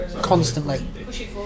constantly